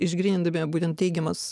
išgrynindami būtent teigiamas